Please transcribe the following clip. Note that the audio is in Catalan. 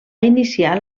iniciar